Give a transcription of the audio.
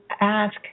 ask